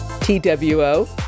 T-W-O